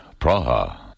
Praha